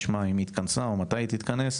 נשמע אם התכנסה או מתי תתכנס,